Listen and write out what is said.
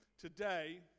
today